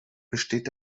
besteht